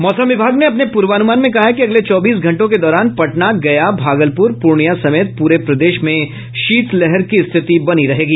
मौसम विभाग ने अपने पूर्वानुमान में कहा है कि अगले चौबीस घंटों के दौरान पटना गया भागलपुर पूर्णिया समेत पूरे प्रदेश में शीतलहर की स्थिति बनी रहेगी